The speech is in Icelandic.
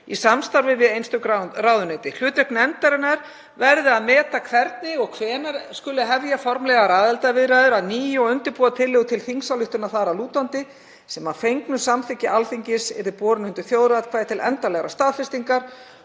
í samstarfi við einstök ráðuneyti. Hlutverk nefndarinnar verði að meta hvernig og hvenær hefja skuli formlegar aðildarviðræður að nýju og undirbúa tillögu til þingsályktunar þar að lútandi, sem að fengnu samþykki Alþingis yrði borin undir þjóðaratkvæði til endanlegrar staðfestingar.